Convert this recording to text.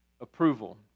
approval